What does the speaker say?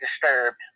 disturbed